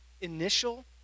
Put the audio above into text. initial